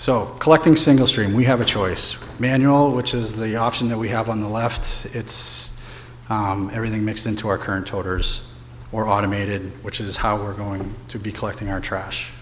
so collecting single stream we have a choice manual which is the option that we have on the left it's everything mixed into our current orders or automated which is how we're going to be collecting our trash